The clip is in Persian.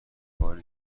باری